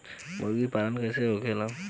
मुर्गी पालन कैसे होखेला?